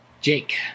Jake